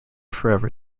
forever